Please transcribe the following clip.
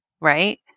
Right